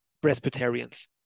Presbyterians